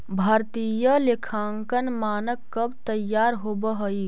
भारतीय लेखांकन मानक कब तईयार होब हई?